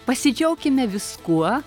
pasidžiaukime viskuo